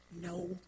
No